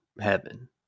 heaven